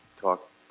talk